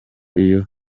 iyo